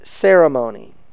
ceremony